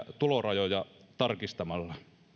tulorajoja tarkistamalla